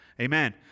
amen